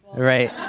right.